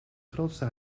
grootste